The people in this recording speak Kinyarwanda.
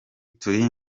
turi